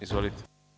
Izvolite.